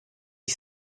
ich